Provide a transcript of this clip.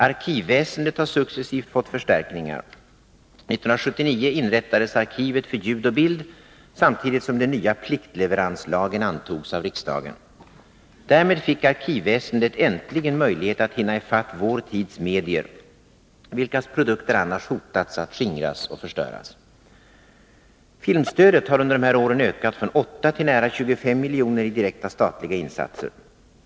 Arkivväsendet har successivt fått förstärkningar. 1979 inrättades Arkivet för ljud och bild, samtidigt som den nya pliktleveranslagen antogs av riksdagen. Därmed fick arkivväsendet äntligen möjlighet att hinna ifatt vår tids medier, vilkas produkter annars hotats att skingras och förstöras. Filmstödet har under de här åren ökat från 8 till 25 milj.kr. i direkta statliga insatser.